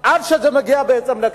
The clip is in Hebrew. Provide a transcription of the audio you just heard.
עד שזה מגיע לקשישים.